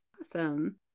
Awesome